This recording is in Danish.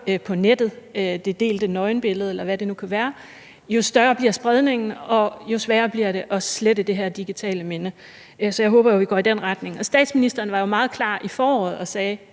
på nettet – det delte nøgenbillede, eller hvad det nu kan være – jo større bliver spredningen, og jo sværere bliver det at slette det her digitale minde. Og statsministeren var meget klar i foråret og sagde: